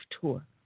tour